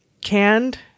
canned